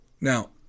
Now